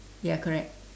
ya correct